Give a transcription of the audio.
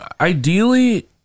ideally